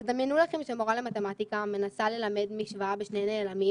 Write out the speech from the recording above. תדמיינו לכם שהמורה למתמטיקה מנסה ללמד משוואה בשני נעלמים